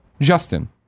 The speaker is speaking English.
Justin